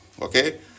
Okay